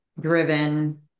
driven